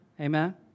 Amen